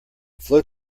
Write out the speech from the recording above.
float